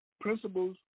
principles